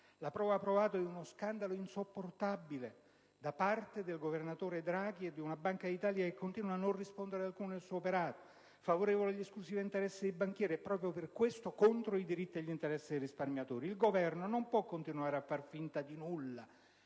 la prova provata di uno scandalo insopportabile da parte del governatore Draghi e di una Banca d'Italia che continua a non rispondere ad alcuno del suo operato, favorevole agli esclusivi interessi dei banchieri e proprio per questo contro i diritti e gli interessi dei risparmiatori. Il Governo non può continuare a fare finta di niente,